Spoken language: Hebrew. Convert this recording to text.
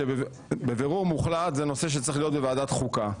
בבירור מוחלט זה נשוא שצריך להיות בוועדת החוקה,